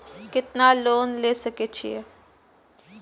केतना लोन ले सके छीये?